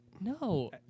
No